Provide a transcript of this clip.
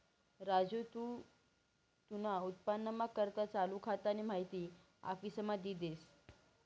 राजू तू तुना उत्पन्नना करता चालू खातानी माहिती आफिसमा दी दे